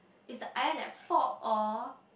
it's the iron at fault or